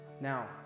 Now